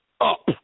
up